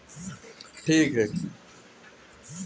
traveller cheque कअ उपयोग currency के जगही कईल जाला